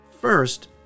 First